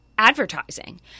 advertising